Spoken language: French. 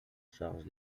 charge